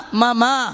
mama